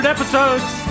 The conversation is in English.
Episodes